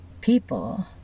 people